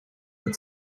that